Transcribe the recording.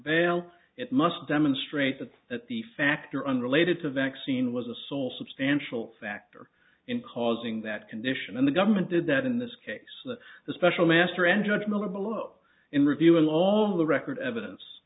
prevail it must demonstrate that at the factor unrelated to vaccine was a sole substantial factor in causing that condition and the government did that in this case the special master and george miller below in reviewing all of the record evidence